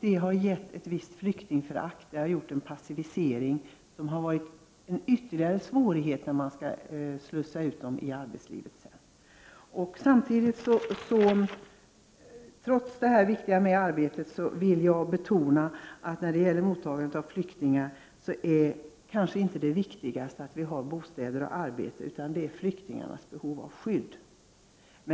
Det har skapat ett visst flyktingförakt och medfört en passivisering, som är ytterligare en svårighet när de sedan slussas ut i arbetslivet. När det gäller mottagandet av flyktingar är kanske inte det viktigaste att de har bostäder och arbete, utan flyktingarnas behov av skydd.